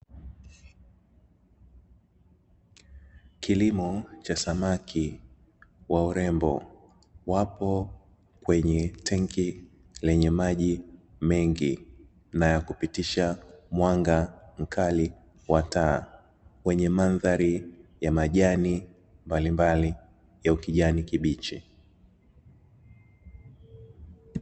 Kilimo cha samaki wa urembo, wapo kwenye tanki lenye maji mengi na ya kupitisha mwanga mkali wa taa wenye mandhari ya majani mbalimbali ya kijani kibichi.